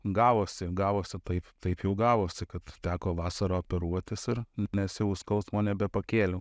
gavosi gavosi taip taip jau gavosi kad teko vasarą operuotis ir nes jau skausmo nebepakėliau